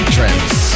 Trends